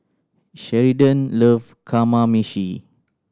Sheridan love Kamameshi